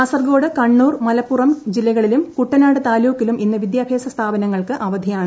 കാസർകോട് കണ്ണൂർ മലപ്പുറം ജില്ലകളിലും കുട്ടനാട് താലൂക്കിലും ഇന്ന് വിദ്യാഭ്യാസ സ്ഥാപനങ്ങൾക്ക് അവധിയാണ്